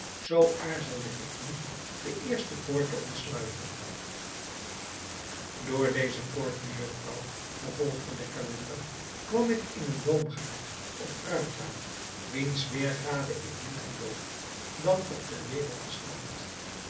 zoo aarzelde ik niet de eerste poort te ontsluiten door deze poort mejufvrouw vervolgde de calender kwam ik in een boomgaard of fruittuin wiens weêrgade ik niet geloof dat op de wereld bestaat